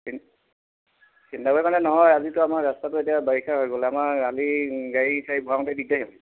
চিন্তা কৰি মানে নহয় আজিতো আমাৰ ৰাস্তাটো এতিয়া বাৰিষা হৈ গ'ল আমাৰ আলি গাড়ী চায়ি ভৰাওতে দিগদাৰী হয়